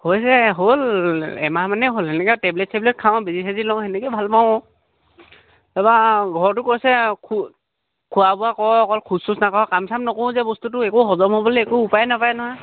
হৈছে হ'ল এমাহ মানেই হ'ল সেনেকৈ টেব্লেট চেবলেট খাওঁ বেজী চেজী লওঁ সেনেকৈ ভাল পাওঁ তাৰপৰা ঘৰতো কৈছে আৰু খোৱা বোৱা কৰ অকল খোজ চোজ নাকাঢ় কাম চাম নকৰোঁ যে বস্তুটো একো হজম হ'বলৈ একো উপায় নাপায় নহয়